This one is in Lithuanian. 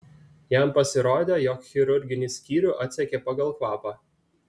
jam pasirodė jog chirurginį skyrių atsekė pagal kvapą